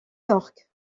york